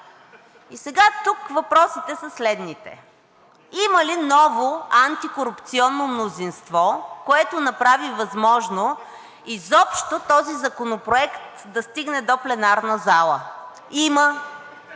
И сега тук въпросите са следните: има ли ново антикорупционно мнозинство, което направи възможно изобщо този законопроект да стигне до пленарната зала? Има